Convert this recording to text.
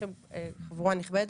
חבורה נכבדת,